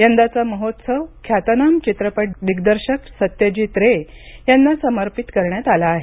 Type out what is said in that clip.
यंदाचा महोत्सव ख्यातनाम चित्रपट दिग्दर्शक सत्यजित रे यांना समर्पित करण्यात येणार आहे